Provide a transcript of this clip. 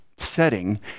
Setting